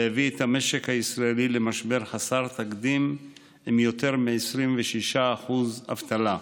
והביא את המשק הישראלי למשבר חסר תקדים עם יותר מ-26% אבטלה.